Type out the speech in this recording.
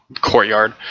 courtyard